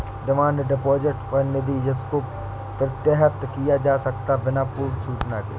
demand deposit वह निधि है जिसको प्रत्याहृत किया जा सकता है बिना पूर्व सूचना के